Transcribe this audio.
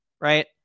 right